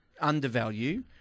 undervalue